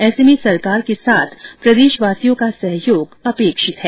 ऐसे में सरकार के साथ प्रदेशवासियों का सहयोग अपेक्षित है